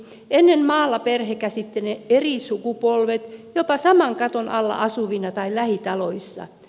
ennen maalla perhe käsitti eri sukupolvet jopa saman katon alla asuvina tai lähitaloissa